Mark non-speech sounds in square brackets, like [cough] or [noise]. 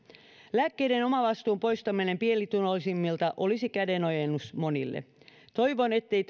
lääkkeiden omavastuun poistaminen pienituloisimmilta olisi kädenojennus monille toivon ettei [unintelligible]